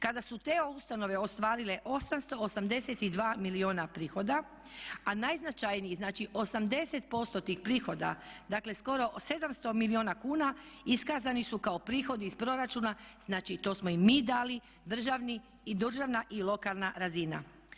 Kada su te ustanove ostvarile 882 milijuna prihoda, a najznačajniji, znači 80% tih prihoda dakle skoro 700 milijuna kuna iskazani su kao prihodi iz proračuna, znači to smo im mi dali, državna i lokalne razina.